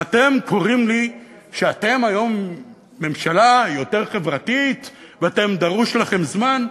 ואתם קוראים לי שאתם היום ממשלה יותר חברתית ודרוש לכם זמן?